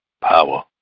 power